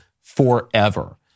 forever